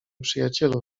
przyjacielu